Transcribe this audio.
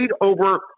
over